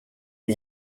ont